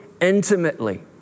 intimately